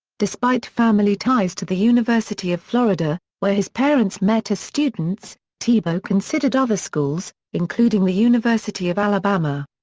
despite family ties to the university of florida, where his parents met as students, tebow considered other schools, including the university of alabama.